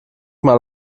mal